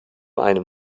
einem